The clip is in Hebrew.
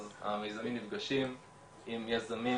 אז המיזמים נפגשים עם יזמים